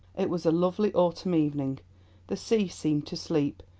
it was a lovely autumn evening the sea seemed to sleep,